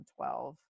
2012